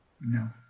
no